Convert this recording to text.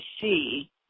see